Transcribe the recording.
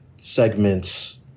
segments